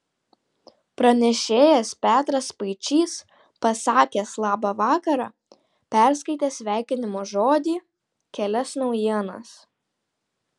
pranešėjas petras spaičys pasakęs labą vakarą perskaitė sveikinimo žodį kelias naujienas